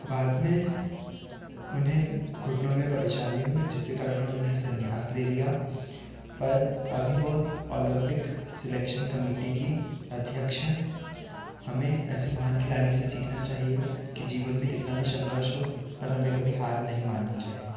बाद में उन्हें घुटनों में परेशानी हुई जिसके कारण उन्होने सन्यास ले लिया पर अभी वह ओलम्पिक सेलेक्शन कमीटी की अध्यक्ष हैं हमें ऐसे महान खिलानी से सीखना चाहिए कि जीवन में कितना भी संघर्ष हो पर हमें कभी हार नहीं माननी चाहिए